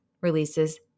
releases